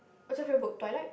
where should you go toilet